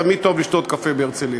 תמיד טוב לשתות קפה בהרצלייה.